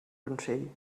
consell